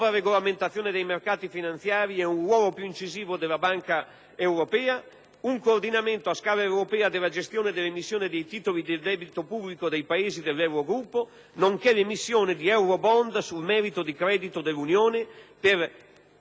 una nuova regolamentazione dei mercati finanziari e un ruolo più incisivo della Banca centrale europea, un coordinamento su scala europea della gestione dell'emissione dei titoli del debito pubblico dei Paesi dell'Eurogruppo, nonché l'emissione di *eurobond* sul merito di credito dell'Unione per